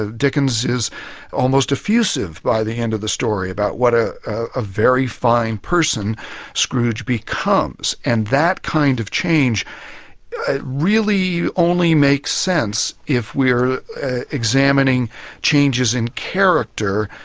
ah dickens is almost effusive by the end of the story about what a ah very fine person scrooge becomes, and that kind of change really only makes sense if we are examining changes in character,